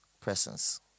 presence